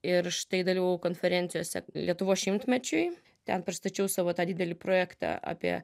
ir štai dalyvavau konferencijose lietuvos šimtmečiui ten pristačiau savo tą didelį projektą apie